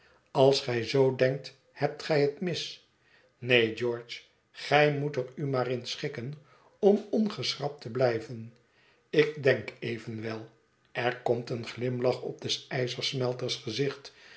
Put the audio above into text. als gij zoo denkt hebt gij het mis neen george gij moet ér u maar in schikken om ongeschrapt te blijven ik denk evenwel er komt een glimlach op des ijzersmelters gezicht